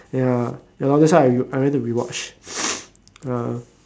ya ya lor that's why I re~ I went to rewatch ya